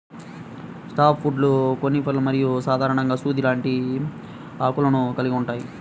soft వుడ్లు కోనిఫర్లు మరియు సాధారణంగా సూది లాంటి ఆకులను కలిగి ఉంటాయి